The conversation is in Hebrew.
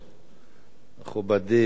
מכובדי שר התיירות,